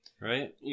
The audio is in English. Right